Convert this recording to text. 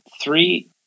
Three